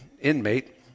inmate